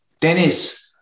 Dennis